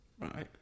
Right